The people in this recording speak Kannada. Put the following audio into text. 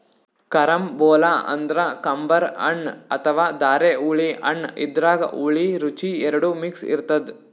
ಕರಂಬೊಲ ಅಂದ್ರ ಕಂಬರ್ ಹಣ್ಣ್ ಅಥವಾ ಧಾರೆಹುಳಿ ಹಣ್ಣ್ ಇದ್ರಾಗ್ ಹುಳಿ ರುಚಿ ಎರಡು ಮಿಕ್ಸ್ ಇರ್ತದ್